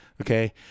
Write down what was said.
okay